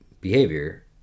behavior